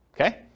Okay